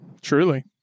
truly